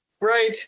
Right